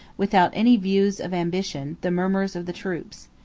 without any views of ambition, the murmurs of the troops.